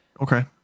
Okay